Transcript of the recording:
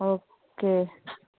okay